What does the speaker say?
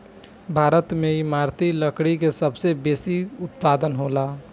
भारत में इमारती लकड़ी के सबसे बेसी उत्पादन होला